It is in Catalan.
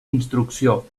instrucció